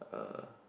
uh